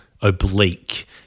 oblique